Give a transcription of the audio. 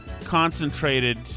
concentrated